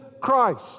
Christ